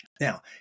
Now